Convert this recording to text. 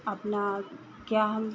अपना क्या हम